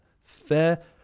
Fair